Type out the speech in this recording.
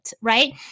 right